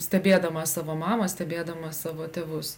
stebėdama savo mamą stebėdama savo tėvus